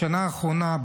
בשנה האחרונה,